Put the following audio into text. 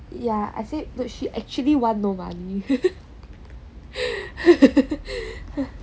ya I said look she actually want no money